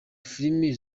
filime